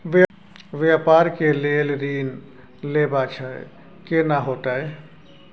व्यापार के लेल ऋण लेबा छै केना होतै?